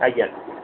ଆଜ୍ଞା